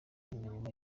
imirimo